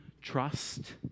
trust